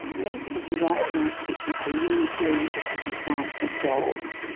many people who write science fiction are really very interested in science themselves,